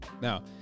now